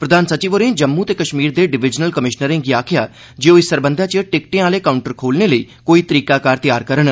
प्रधान सचिव होरें जम्मू ते कष्मीर दे डिवीजनल कमिषनरें गी आखेआ जे ओह् इस सरबंधै च टिकटें आह्ले काउंटर खोलने लेई कोई तरीकाकार तैयार करन